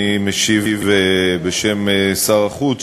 אני משיב בשם שר החוץ,